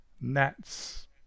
Nets